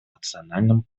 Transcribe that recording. национальном